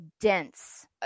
dense